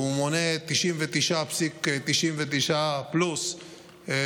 והוא מונה 99.99% פלוס מהחיילים,